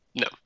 No